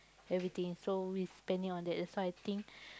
everything so we spending on that's why I think